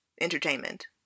entertainment